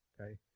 okay